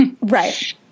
Right